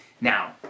Now